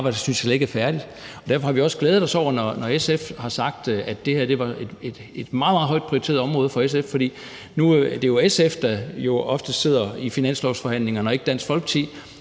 det arbejde synes jeg slet ikke er færdigt. Derfor har vi også glædet os over det, når SF har sagt, at det her var et meget, meget højt prioriteret område for SF. Nu er det jo SF, der ofte sidder i finanslovsforhandlingerne, og ikke Dansk Folkeparti.